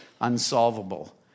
unsolvable